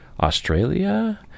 Australia